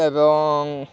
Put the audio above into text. ଏବଂ